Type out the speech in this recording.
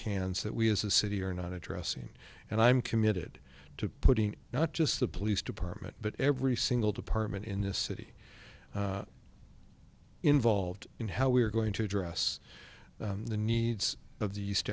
hands that we as a city are not addressing and i'm committed to putting not just the police department but every single department in the city involved in how we are going to address the needs of the